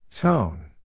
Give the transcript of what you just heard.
Tone